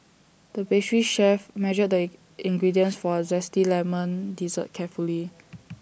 the pastry chef measured the ingredients for A Zesty Lemon Dessert carefully